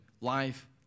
life